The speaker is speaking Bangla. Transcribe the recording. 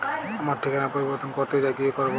আমার ঠিকানা পরিবর্তন করতে চাই কী করব?